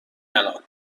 الان